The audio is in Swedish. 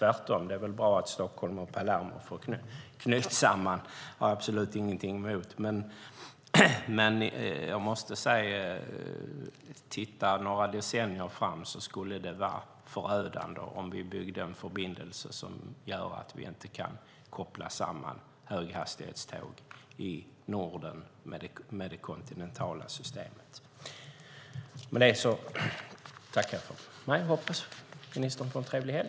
Tvärtom är det väl bra att Stockholm och Palermo knyts samman. Men om man tittar några decennier framåt i tiden skulle det vara förödande om vi byggde en förbindelse som innebär att vi inte kan koppla samman höghastighetståg i Norden med det kontinentala systemet. Med detta tackar jag för mig och hoppas att ministern får en trevlig helg.